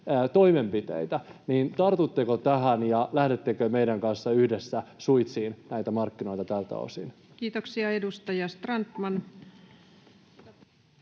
toimenpiteitä, niin tartutteko tähän ja lähdettekö meidän kanssamme yhdessä suitsimaan näitä markkinoita tältä osin? Kiitoksia. — Edustaja Strandman.